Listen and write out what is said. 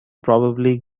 probably